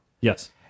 Yes